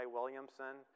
Williamson